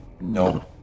No